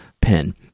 pen